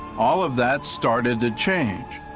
all of that started to change.